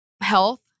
health